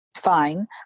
Fine